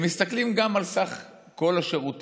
הם מסתכלים גם על סך כל השירותים.